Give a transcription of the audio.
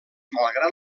malgrat